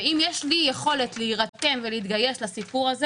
ואם יש לי יכולת להירתם ולהתגייס לסיפור הזה